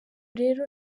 rero